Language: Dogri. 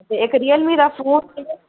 इक रियलमी दा फोन